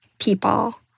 people